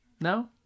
No